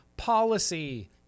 policy